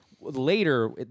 later